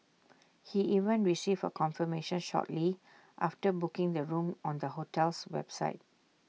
he even received A confirmation shortly after booking the room on the hotel's website